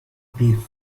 قیف